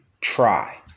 try